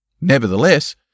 Nevertheless